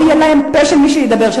לא יהיה להם פה של מי שידבר.